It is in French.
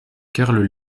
karl